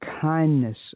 kindness